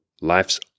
life's